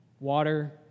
water